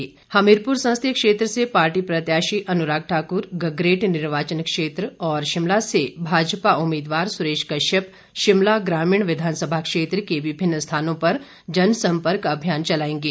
इसी तरह हमीरपुर संसदीय क्षेत्र से पार्टी प्रत्याशी अनुराग ठाकुर गगरेट निर्वाचन क्षेत्र और शिमला से भाजपा उम्मीदवार सुरेश कश्यप शिमला ग्रामीण विधानसभा क्षेत्र के विभिन्न स्थानों पर जन सम्पर्क अभियान चलाएंगे